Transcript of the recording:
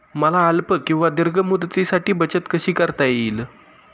मला अल्प किंवा दीर्घ मुदतीसाठी बचत कशी करता येईल?